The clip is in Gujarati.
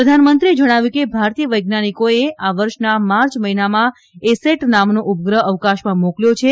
પ્રધાનમંત્રીએ જણાવ્યું હતું કે ભારતીય વૈજ્ઞાનિકોએ આ વર્ષના માર્ચ મહિનામાં એ સેટ નામનો ઉપગ્રહ અવકાશમાં મોકલ્યો છે